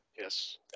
yes